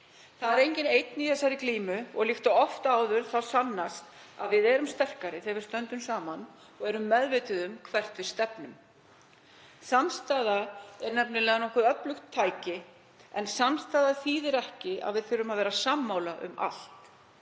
Það er enginn einn í þessari glímu og líkt og oft áður sannast að við erum sterkari þegar við stöndum saman og erum meðvituð um hvert við stefnum. Samstaða er nefnilega nokkuð öflugt tæki en samstaða þýðir ekki að við þurfum að vera sammála um allt.